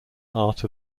art